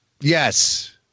Yes